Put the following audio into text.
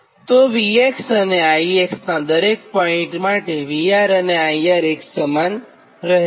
તો V અને I નાં દરેક પોઇન્ટ માટે VR અને IR એકસમાન રહે છે